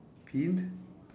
pin